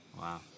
Wow